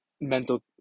mental